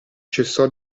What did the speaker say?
cessò